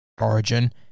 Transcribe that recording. Origin